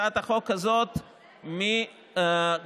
הצעת חוק העונשין (תיקון,